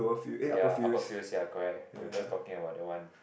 ya upper fields ya correct we were just talking about that one